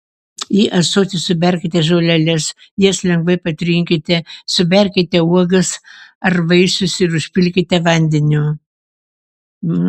į ąsotį suberkite žoleles jas lengvai patrinkite suberkite uogas ar vaisius ir užpilkite vandeniu